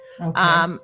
Okay